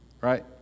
right